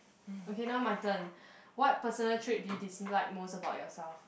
okay now my turn what personal trait do you dislike most about yourself